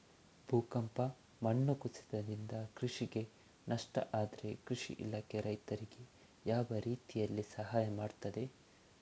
ಭೂಕಂಪ, ಮಣ್ಣು ಕುಸಿತದಿಂದ ಕೃಷಿಗೆ ನಷ್ಟ ಆದ್ರೆ ಕೃಷಿ ಇಲಾಖೆ ರೈತರಿಗೆ ಯಾವ ರೀತಿಯಲ್ಲಿ ಸಹಾಯ ಮಾಡ್ತದೆ?